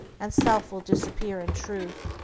and self will disappear in truth.